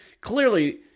Clearly